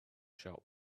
shop